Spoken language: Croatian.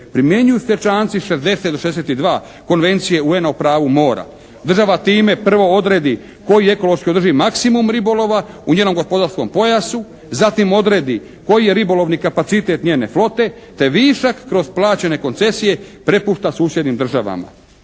primjenjuju se članci 60. do 62. Konvencije UN-a o pravu mora. Država time prvo odredi koji je ekološki održivi maksimum ribolova u njenom gospodarskom pojasu, zatim odredi koji je ribolovni kapacitet njene flote te višak kroz plaćene koncesije prepušta susjednim državama.